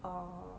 err